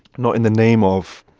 not in the name of